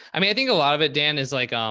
i mean, i think a lot of it dan is like, um